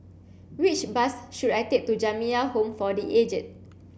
which bus should I take to Jamiyah Home for the Aged